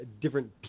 different